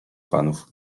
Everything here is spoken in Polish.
panów